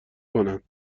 کنند